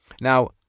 Now